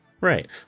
Right